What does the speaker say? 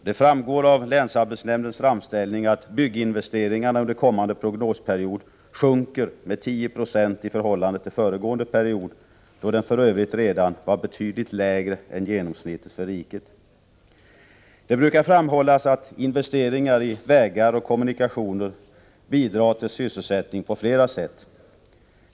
Det framgår av länsarbetsnämndens framställning att bygginvesteringarna under kommande prognosperiod sjunker med 10 90 i förhållande till föregående period, då den för övrigt redan var betydligt lägre än genomsnittet för riket. Det brukar framhållas att investeringar i vägar och kommunikationer bidrar till sysselsättning på flera sätt.